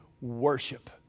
worship